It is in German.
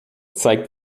zeigt